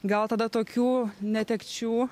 gal tada tokių netekčių